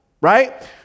right